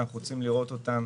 אנחנו רוצים לראות אותם